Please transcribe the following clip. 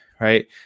right